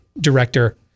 director